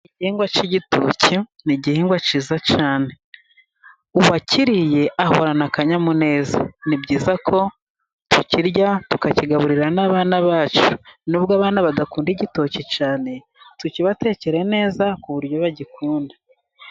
Igihingwa cy'igitoki ni igihingwa cyiza cyane, uwakiriye ahorana akanyamuneza. Ni byiza ko tukirya, tukakigaburira n'abana bacu, nubwo abana badakunda igitoki cyane tukibatekere neza ku buryo bagikunda.